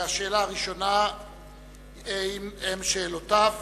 השאלות הראשונות הן שאלותיו